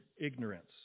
ignorance